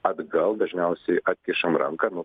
atgal dažniausiai atkišam ranką nu